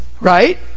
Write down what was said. right